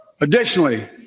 Additionally